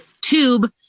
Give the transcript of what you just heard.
tube